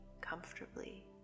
comfortably